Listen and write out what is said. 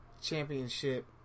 championship